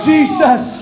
Jesus